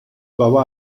بابا